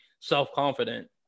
self-confident